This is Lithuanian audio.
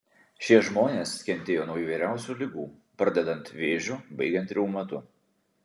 šie žmonės kentėjo nuo įvairiausių ligų pradedant vėžiu baigiant reumatu